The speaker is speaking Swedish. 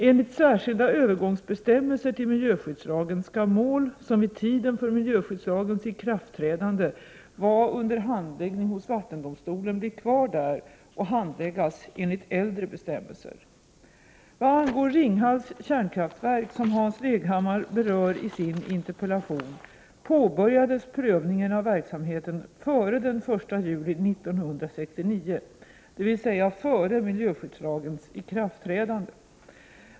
Enligt särskilda övergångsbestämmelser till miljöskyddslagen skall mål som vid tiden för miljöskyddslagens ikraftträdande var under handläggning hos vattendomstolen bli kvar där och handläggas enligt äldre bestämmelser. Vad angår Ringhals kärnkraftverk, som Hans Leghammar berör i sin interpellation, påbörjades prövningen av verksamheten före den 1 juli 1969, dvs. före miljöskyddslagens ikraftträdande.